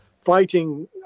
fighting